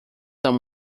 são